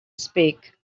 speak